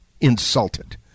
insulted